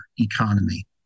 economy